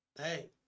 hey